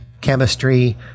chemistry